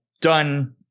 done